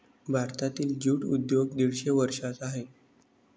भारतातील ज्यूट उद्योग दीडशे वर्षांचा आहे